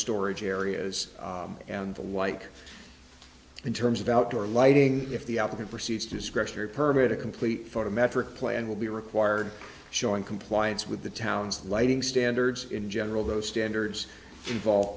storage areas and the like in terms of outdoor lighting if the applicant perceives discretionary permit a complete photometric plan will be required showing compliance with the town's lighting standards in general those standards involve